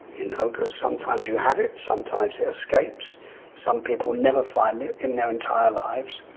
you know cuz sometimes you have it, sometimes it escapes some people never find it in their entire lives.